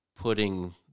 putting